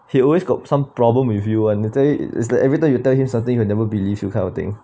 he always got some problem with you [one] it is like every time you tell him something he will never believe you kind of thing